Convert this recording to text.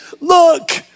look